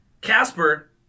Casper